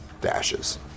dashes